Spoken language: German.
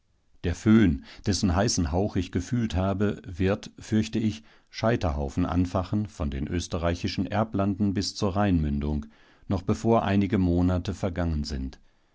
der föhn dessen heißen hauch ich gefühlt habe wird fürchte ich scheiterhaufen anfachen von den österreichischen erblanden bis zur rheinmündung noch bevor einige monate vergangen sind